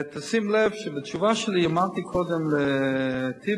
תשים לב שבתשובה שלי אמרתי קודם לטיבי